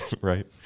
right